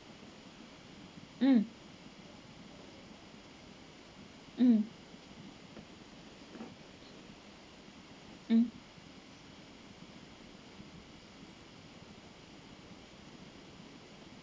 mm mm mm